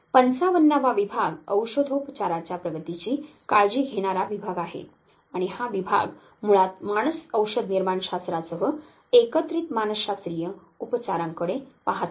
55 वा विभाग औषधोपचाराच्या प्रगतीची काळजी घेणारा विभाग आहे आणि हा विभाग मुळात मानसऔषधनिर्माणशास्त्रासह एकत्रित मानसशास्त्रीय उपचारांकडे पाहतो